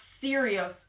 serious